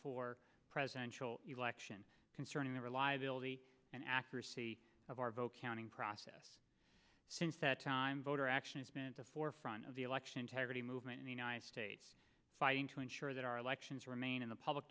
four presidential election concerning the reliability and accuracy of our vote counting process since that time voter action is the forefront of the election integrity movement in the united states to ensure that our elections remain in the public